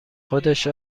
خودش